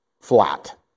flat